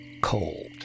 cold